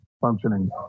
functioning